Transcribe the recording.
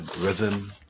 rhythm